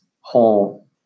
whole